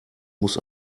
muss